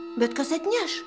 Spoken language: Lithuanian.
bet kas atneš